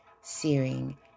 searing